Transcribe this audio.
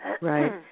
Right